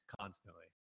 Constantly